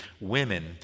women